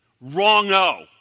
Wrong-o